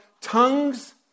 tongues